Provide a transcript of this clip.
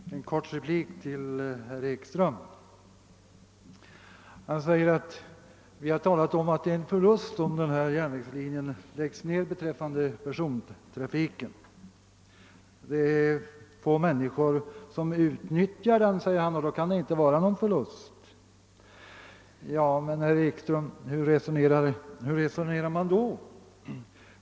Herr talman! Bara en kort replik till herr Ekström, som sade ait det inte är någon stor förlust om persontrafiken läggs ned på ifrågavarande järnvägssträcka. Det är få människor som utnyttjar den järnvägslinje det är fråga om, sade han, och då kan förlusten inte vara så stor. Hur resonerar herr Ekström då?